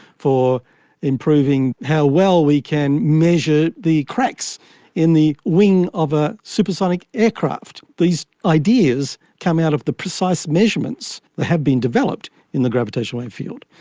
for improving how well we can measure the cracks in the wing of a supersonic aircraft. these ideas come out of the precise measurements that have been developed in the gravitational wave field.